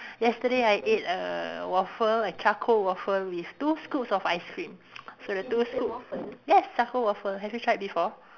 yesterday I ate a waffle a charcoal waffle with two scoops of ice cream so the two scoop yes charcoal waffle have you tried before